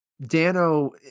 Dano